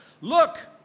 Look